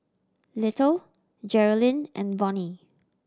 Little Jerilyn and Vonnie